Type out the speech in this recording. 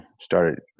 started